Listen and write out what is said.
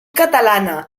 catalana